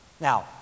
Now